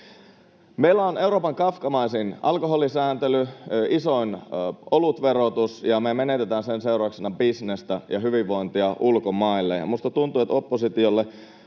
Meillä on Euroopan kafkamaisin alkoholisääntely, isoin olutverotus, ja me menetetään sen seurauksena bisnestä ja hyvinvointia ulkomaille.